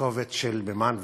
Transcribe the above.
תרכובת של מימן וחנקן.